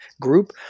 group